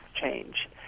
change